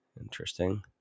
interesting